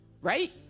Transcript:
Right